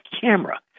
camera